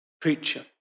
preacher